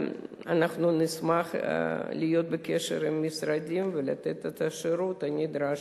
אנחנו נשמח להיות בקשר עם המשרדים ולתת את השירות הנדרש.